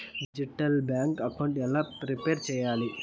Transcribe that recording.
Digital bank account ఎలా prepare సెయ్యాలి?